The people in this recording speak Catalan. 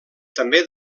també